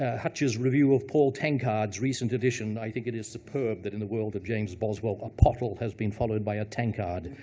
hutch's review of paul tankard's recent edition. i think it is superb that, in the world of james boswell, a pottle has been followed by a tankard.